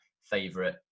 favorite